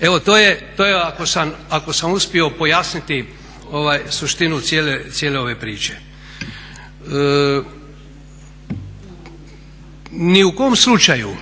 Evo to je ako sam uspio pojasniti suštinu cijele ove priče. Ni u kom slučaju,